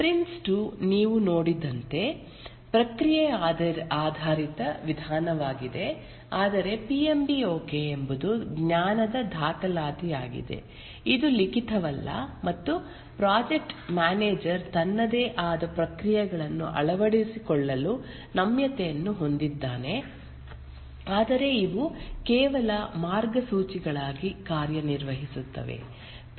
PRINCE2 ನೀವು ನೋಡಿದಂತೆ ಪ್ರಕ್ರಿಯೆ ಆಧಾರಿತ ವಿಧಾನವಾಗಿದೆ ಆದರೆ ಪಿಎಂ ಬಿ ಓಕೆ ಎಂಬುದು ಜ್ಞಾನದ ದಾಖಲಾತಿಯಾಗಿದೆ ಇದು ಲಿಖಿತವಲ್ಲ ಮತ್ತು ಪ್ರಾಜೆಕ್ಟ್ ಮ್ಯಾನೇಜರ್ ತನ್ನದೇ ಆದ ಪ್ರಕ್ರಿಯೆಗಳನ್ನು ಅಳವಡಿಸಿಕೊಳ್ಳಲು ನಮ್ಯತೆಯನ್ನು ಹೊಂದಿದ್ದಾನೆ ಆದರೆ ಇವು ಕೇವಲ ಮಾರ್ಗಸೂಚಿಗಳಾಗಿ ಕಾರ್ಯನಿರ್ವಹಿಸುತ್ತವೆ